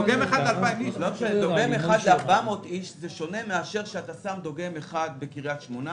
דוגם אחד ל-400 אנשים זה שונה מאשר אתה שם דוגם אחד בקריית שמונה,